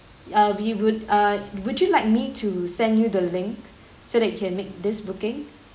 uh we would err would you like me to send you the link so that you can make this booking